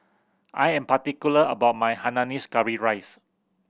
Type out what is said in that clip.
I am particular about my hainanese curry rice